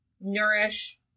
nourish